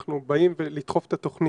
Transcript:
אנחנו באים לדחוף את התוכנית,